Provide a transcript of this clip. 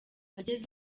ageze